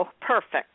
perfect